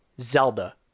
Zelda